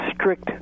strict